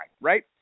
right